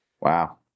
wow